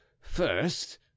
first